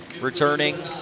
returning